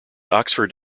oxford